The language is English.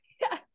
Yes